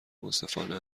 منصفانه